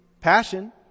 passion